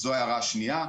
זו ההערה השנייה.